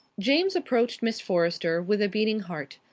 james approached miss forrester with a beating heart.